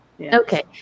Okay